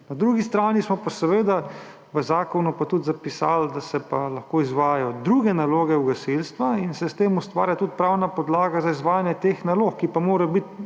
Na drugi strani smo pa seveda v zakonu tudi zapisali, da se lahko izvajajo druge naloge gasilstva, in se s tem ustvarja tudi pravna podlaga za izvajanje teh nalog, ki pa morajo biti